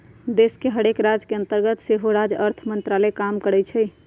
देश के हरेक राज के अंतर्गत सेहो राज्य अर्थ मंत्रालय काम करइ छै